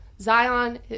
Zion